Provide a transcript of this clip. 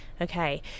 okay